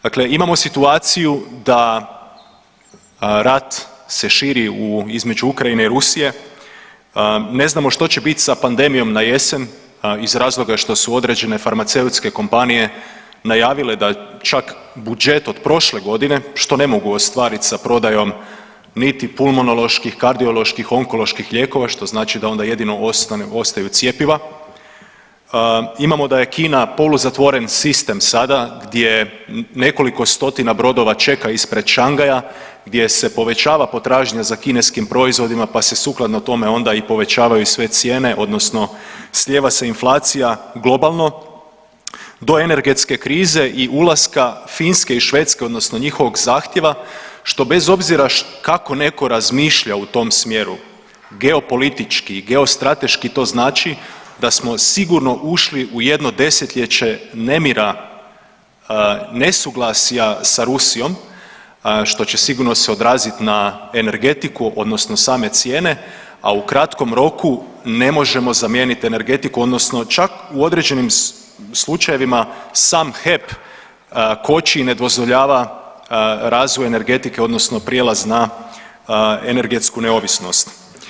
Dakle imamo situaciju da rat se širi između Ukrajine i Rusije, ne znamo što će biti sa pandemijom na jesen iz razloga što su određene farmaceutske kompanije najavile da čak budžet od prošle godine, što ne mogu ostvariti sa prodajom niti pulmunoloških, kardioloških, onkoloških lijekova, što znači da onda jedino ostaju cjepiva, imamo da je Kina poluzatvoren sistem sada gdje nekoliko stotina brodova čekaju ispred Šangaja, gdje se povećava potražnja za kineskim proizvodima pa se sukladno tome onda i povećavaju sve cijene odnosno slijeva se inflacija globalno do energetske krize i ulaska Finske i Švedske odnosno njihovog zahtjeva što bez obzira kako netko razmišlja u tom smjeru, geopolitički, geostrateški to znači da smo sigurno ušli u jedno desetljeća nemira, nesuglasja sa Rusijom, što će sigurno se odraziti na energetiku odnosno same cijene, a u kratkom roku ne možemo zamijeniti energetiku odnosno čak u određenim slučajevima sam HEP koči i ne dozvoljava razvoj energetike odnosno prijelaz na energetsku neovisnost.